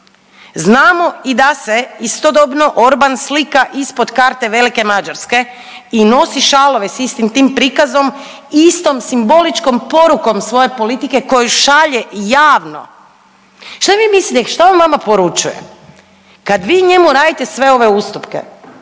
Znamo i da se istodobno Orban slika ispod karte velike Mađarske i nosi šalove sa istim tim prikazom istom simboličkom porukom svoje politike koju šalje javno. Šta vi mislite šta on vama poručuje? Kad vi njemu radite sve ove ustupke,